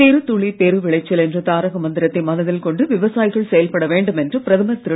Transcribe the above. சிறு துளி பெரு விளைச்சல் என்ற தாரக மந்திரத்தை மனதில்கொண்டு விவசாயிகள் செயல்பட வேண்டும் என்று பிரதமர் திரு